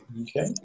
Okay